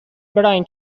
برایان